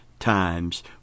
times